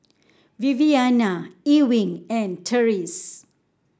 Viviana Ewing and Tyrese